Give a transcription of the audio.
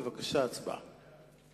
בבקשה, הצבעה.